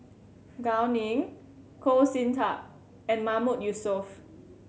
Gao Ning Goh Sin Tub and Mahmood Yusof